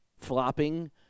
flopping